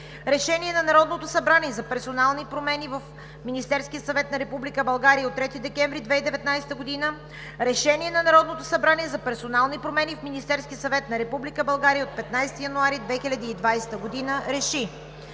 Решение на Народното събрание за персонални промени в Министерския съвет на Република България на 10 ноември 2017 г., Решение на Народното събрание за персонални промени в Министерския съвет на Република България от 20 септември 2018 г., Решение